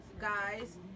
guys